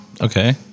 okay